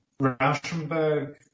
Rauschenberg